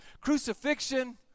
Crucifixion